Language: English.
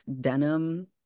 denim